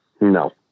No